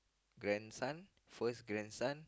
grandson first grandson